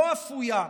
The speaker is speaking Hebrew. לא אפויה,